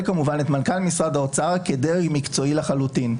כמובן את מנכ"ל משרד האוצר כדרג מקצועי לחלוטין.